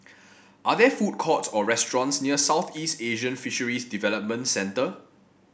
are there food courts or restaurants near Southeast Asian Fisheries Development Centre